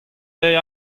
deiz